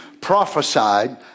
prophesied